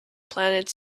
planet